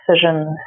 decisions